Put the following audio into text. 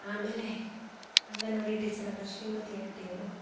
ಆಮೇಲೆ ಅಂಗನವಾಡಿ ಟೀಚರಾದ ಶ್ರೀಮತಿ ಆಂಟಿಯವರು